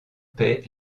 paye